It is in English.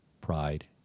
pride